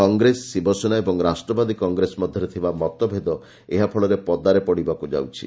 କଂଗ୍ରେସ ଶିବସେନା ଓ ରାଷ୍ଟ୍ରବାଦୀ କଂଗ୍ରେସ ମଧ୍ୟରେ ଥିବା ମତଭେଦ ଏହା ଫଳରେ ପଦାରେ ପଡ଼ିବାକୁ ଯାଉଛି